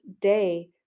day